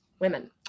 women